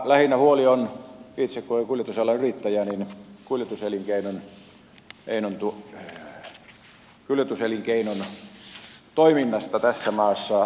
mutta lähinnä huoli on itse kun olen kuljetusalan yrittäjä kuljetuselinkeinon toiminnasta tässä maassa